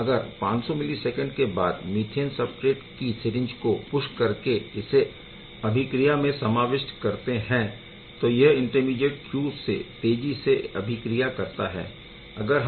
अब अगर 500 मिलीसैकेन्ड के बाद मीथेन सबस्ट्रेट की सिरिंज को पुश करके इसे अभिक्रिया में समाविष्ट करते है तो यह इंटरमीडीएट Q से बहुत तेज़ी से अभिक्रिया करता है